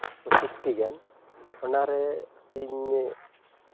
ᱯᱚᱸᱪᱤᱥᱴᱤᱜᱟᱱ ᱚᱱᱟᱨᱮ ᱤᱧ